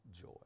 joy